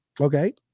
Okay